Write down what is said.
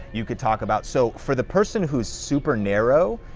you could talk about, so for the person who's super narrow,